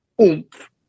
oomph